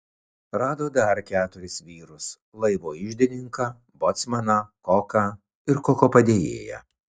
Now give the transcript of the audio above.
rado dar keturis vyrus laivo iždininką bocmaną koką ir koko padėjėją